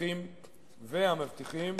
הפקחים והמאבטחים,